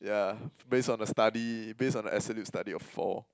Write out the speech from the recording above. yeah based on the study based on the absolute study of four